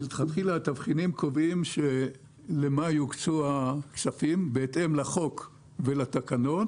מלכתחילה התבחינים קובעים למה יוקצו הכספים בהתאם לחוק ולתקנות,